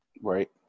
Right